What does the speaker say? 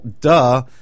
duh